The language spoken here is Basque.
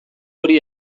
hori